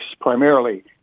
primarily